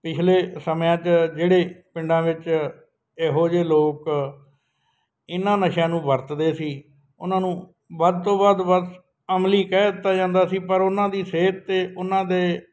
ਪਿਛਲੇ ਸਮਿਆਂ 'ਚ ਜਿਹੜੇ ਪਿੰਡਾਂ ਵਿੱਚ ਇਹੋ ਜਿਹੇ ਲੋਕ ਇਹਨਾਂ ਨਸ਼ਿਆਂ ਨੂੰ ਵਰਤਦੇ ਸੀ ਉਹਨਾਂ ਨੂੰ ਵੱਧ ਤੋਂ ਵੱਧ ਬਸ ਅਮਲੀ ਕਹਿ ਦਿੱਤਾ ਜਾਂਦਾ ਸੀ ਪਰ ਉਹਨਾਂ ਦੀ ਸਿਹਤ ਅਤੇ ਉਹਨਾਂ ਦੇ